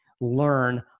learn